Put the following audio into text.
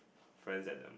friends at the